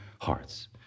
hearts